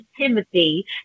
Timothy